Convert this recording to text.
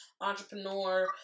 entrepreneur